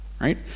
Right